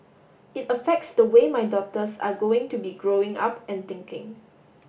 it affects the way my daughters are going to be growing up and thinking